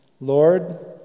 Lord